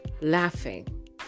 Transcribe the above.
laughing